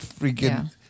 freaking